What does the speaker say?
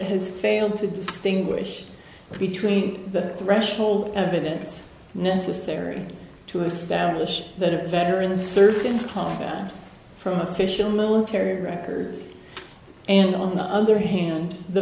has failed to distinguish between the threshold evidence necessary to establish that a veteran a certain cloth from official military records and on the other hand the